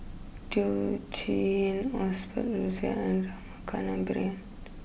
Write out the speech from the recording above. Teo Chee Osbert Rozario and Rama Kannabiran